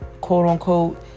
quote-unquote